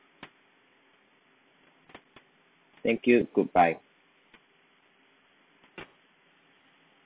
thank you goodbye